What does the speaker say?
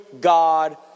God